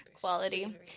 quality